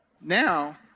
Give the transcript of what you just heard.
Now